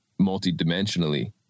multidimensionally